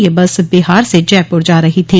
यह बस बिहार से जयपुर जा रही थी